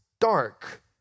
dark